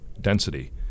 density